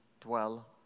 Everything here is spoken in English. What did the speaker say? dwell